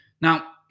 Now